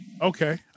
okay